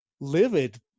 livid